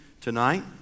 tonight